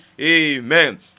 amen